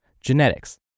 genetics